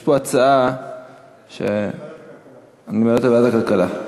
יש פה הצעה שאומרת, לוועדת הכלכלה.